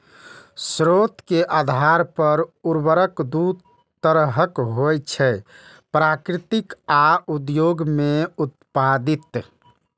स्रोत के आधार पर उर्वरक दू तरहक होइ छै, प्राकृतिक आ उद्योग मे उत्पादित